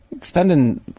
spending